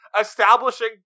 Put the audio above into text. establishing